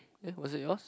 eh was it yours